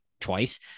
twice